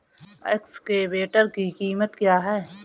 Excavator की कीमत क्या है?